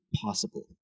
possible